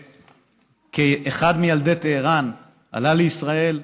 שכאחד מילדי טהרן עלה לישראל,